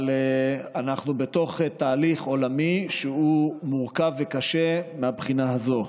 אבל אנחנו בתוך תהליך עולמי שהוא מורכב וקשה מהבחינה הזו.